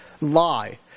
lie